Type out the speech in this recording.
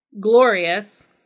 Glorious